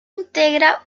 integra